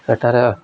ଏଠାରେ